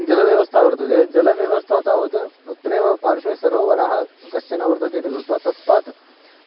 जलव्यवस्था वर्तते जलव्यवस्था तावत् अत्रैव पार्श्वे सरोवरः कश्चन वर्तते इति कृत्वा तस्मात्